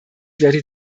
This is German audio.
werde